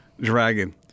Dragon